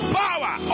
power